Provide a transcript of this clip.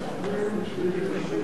סעיפים 1 5